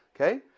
Okay